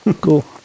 cool